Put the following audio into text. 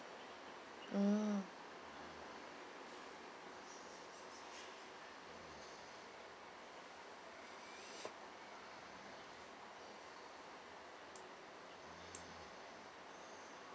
mm